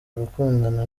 gukundana